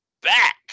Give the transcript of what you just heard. back